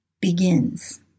begins